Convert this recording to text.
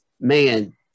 man